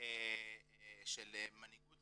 של מנהיגות